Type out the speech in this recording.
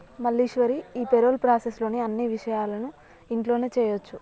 మల్లీశ్వరి ఈ payroll process లోని అన్ని విపాయాలను ఇంట్లోనే చేయొచ్చు